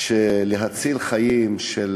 של הצלת חיים של